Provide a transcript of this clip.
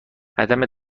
عدم